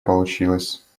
получилась